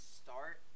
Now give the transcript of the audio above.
start